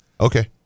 Okay